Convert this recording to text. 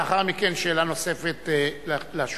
לאחר מכן, שאלה נוספת לשואל